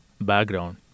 background